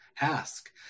ask